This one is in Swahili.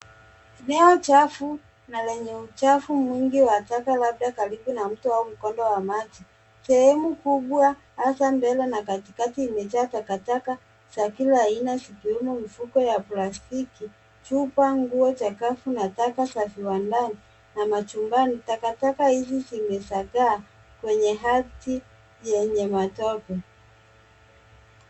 Eneo chafu na lenye uchafu mwingi wa taka labda karibu na mto au mkondo wa maji. Sehemu kubwa hasa mbele na katikati ime jaa takataka za kila aina zikiwemo mifuko ya plastiki ,chupa, nguo cha kavu na taka za viwandani na machumbani. Takataka hizi zime zagaa kwenye ardhi yenye matope.